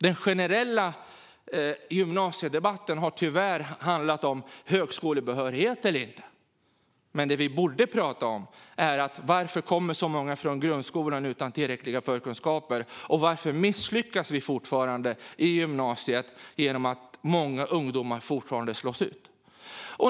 Den generella gymnasiedebatten har tyvärr handlat om högskolebehörighet eller inte, men det vi borde prata om är varför det kommer så många från grundskolan utan tillräckliga förkunskaper och varför vi fortfarande misslyckas när det gäller gymnasiet genom att många ungdomar fortsatt slås ut.